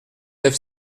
neuf